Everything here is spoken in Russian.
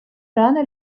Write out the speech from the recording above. рано